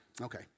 Okay